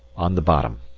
on the bottom.